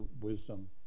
wisdom